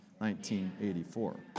1984